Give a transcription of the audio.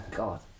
god